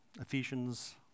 Ephesians